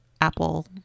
Apple